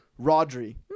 Rodri